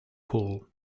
pool